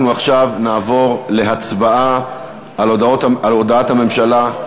אנחנו עכשיו נעבור להצבעה על הודעת הממשלה,